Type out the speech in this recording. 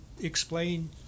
explain